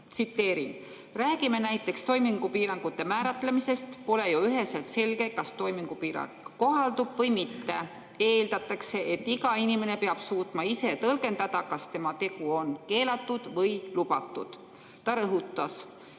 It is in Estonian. "Aga räägime näiteks toimingupiirangute määratlemisest. Pole ju üheselt selge, kas toimingupiirang kohaldub või mitte. Nüüd eeldatakse, et iga inimene peab suutma ise tõlgendada, kas tema tegu on keelatud või lubatud." Ta rõhutas: